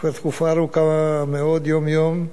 כבר במשך תקופה ארוכה מאוד, יום-יום.